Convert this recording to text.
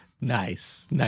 Nice